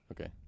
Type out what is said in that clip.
Okay